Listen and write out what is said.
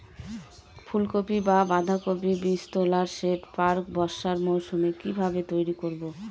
ফুলকপি বা বাঁধাকপির বীজতলার সেট প্রাক বর্ষার মৌসুমে কিভাবে তৈরি করব?